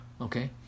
okay